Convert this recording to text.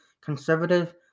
conservative